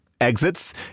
exits